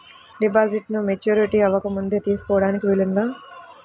డిపాజిట్ను మెచ్యూరిటీ అవ్వకముందే తీసుకోటానికి వీలుందా?